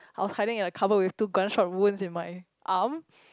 I was hiding in the cupboard with two gunshot wounds in my arm